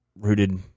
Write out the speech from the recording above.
rooted